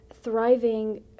thriving